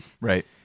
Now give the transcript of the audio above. Right